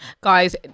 guys